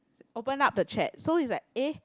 open up the chat so is like eh